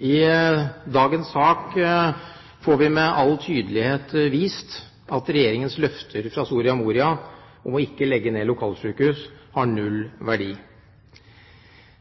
I dagens sak får vi med all tydelighet vist at Regjeringens løfter fra Soria Moria om ikke å legge ned lokalsykehus har null verdi.